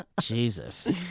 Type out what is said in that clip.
Jesus